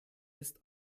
ist